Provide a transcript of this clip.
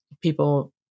people